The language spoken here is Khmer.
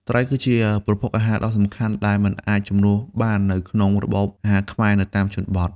ត្រីគឺជាប្រភពអាហារដ៏សំខាន់ដែលមិនអាចជំនួសបាននៅក្នុង របបអាហារខ្មែរ នៅតាមជនបទ។